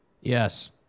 Yes